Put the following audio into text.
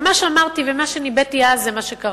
ומה שאמרתי ומה שניבאתי אז, זה מה שקרה.